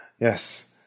Yes